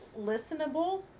listenable